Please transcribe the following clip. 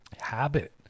habit